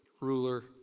ruler